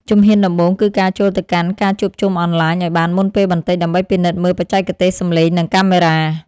ជំហានដំបូងគឺការចូលទៅកាន់ការជួបជុំអនឡាញឱ្យបានមុនពេលបន្តិច ដើម្បីពិនិត្យមើលបច្ចេកទេសសម្លេង និងកាមេរ៉ា។